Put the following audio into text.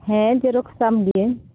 ᱦᱮᱸ ᱡᱮᱨᱚᱠᱥ ᱛᱟᱢ ᱜᱤᱭᱟᱹᱧ